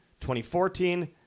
2014